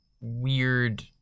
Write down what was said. weird